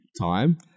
time